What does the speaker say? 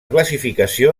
classificació